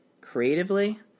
Creatively